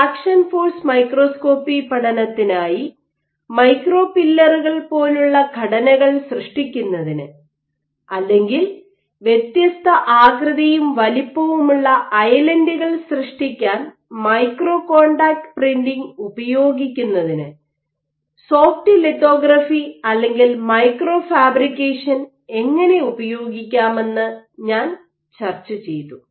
traction force microscopy പഠനത്തിനായി micro പില്ലറുകൾ പോലുള്ള ഘടനകൾ സൃഷ്ടിക്കുന്നതിന് അല്ലെങ്കിൽ വ്യത്യസ്ത ആകൃതിയും വലിപ്പവുമുള്ള ഐലൻഡുകൾ സൃഷ്ടിക്കാൻ മൈക്രോ കോൺടാക്റ്റ് പ്രിന്റിംഗ് ഉപയോഗിക്കുന്നതിന് സോഫ്റ്റ് ലിത്തോഗ്രാഫി അല്ലെങ്കിൽ മൈക്രോ ഫാബ്രിക്കേഷൻ എങ്ങനെ ഉപയോഗിക്കാമെന്ന് ഞാൻ ചർച്ചചെയ്തു